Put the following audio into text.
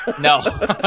No